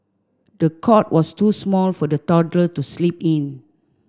the cot was too small for the toddler to sleep in